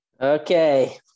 Okay